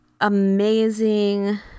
amazing